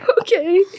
Okay